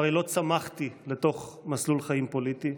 הרי לא צמחתי לתוך מסלול חיים פוליטי.